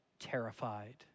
terrified